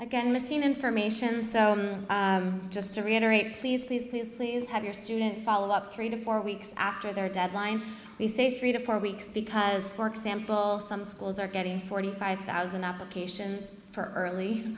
again missing information so just to reiterate please please please please have your student follow up three to four weeks after their deadline we say three to four weeks because for example some schools are getting forty five thousand applications for early